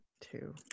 Two